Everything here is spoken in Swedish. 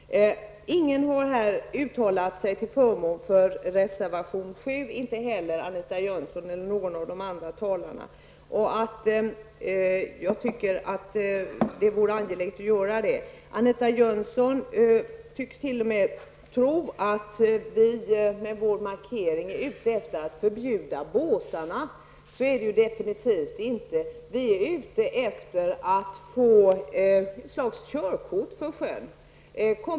Herr talman! Ingen har uttalat sig till förmån för reservation 7, inte ens Anita Jönsson eller någon av de andra talarna. Jag tycker att det vore angeläget. Anita Jönsson tycks t.o.m. tro att vi med vår markering är ute efter att förbjuda båtarna, men så är det definitivt inte. Vi är ute efter att få ett slags körkort för sjön.